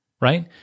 right